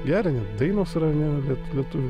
geria ir dainos yra ane liet lietuvių